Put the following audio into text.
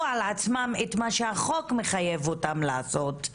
על עצמם את מה שהחוק מחייב אותם לעשות,